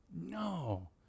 No